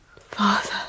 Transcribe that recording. father